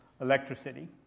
electricity